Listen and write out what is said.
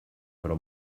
però